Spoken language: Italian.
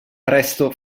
presto